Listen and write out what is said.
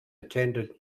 attended